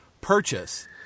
purchase